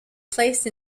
placed